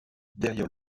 derrière